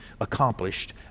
accomplished